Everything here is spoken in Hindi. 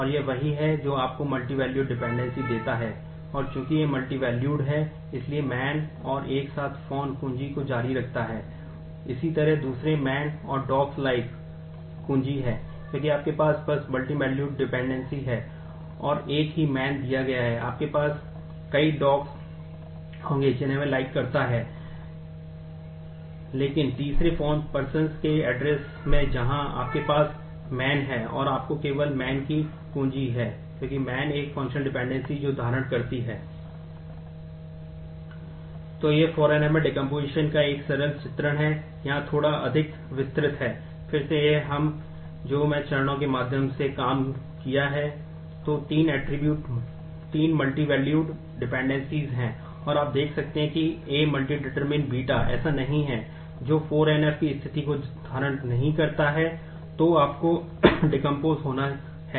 तो यह 4 NF में डेकोम्पोसिशन देता है